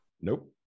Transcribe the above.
Nope